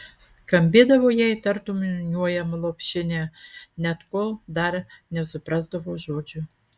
skambėdavo jai tartum niūniuojama lopšinė net kol dar nesuprasdavo žodžių